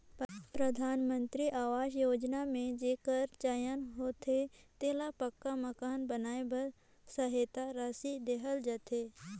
परधानमंतरी अवास योजना में जेकर चयन होथे तेला पक्का मकान बनाए बर सहेता रासि देहल जाथे